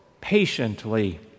patiently